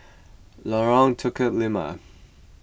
Lorong Tukang Lima